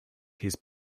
his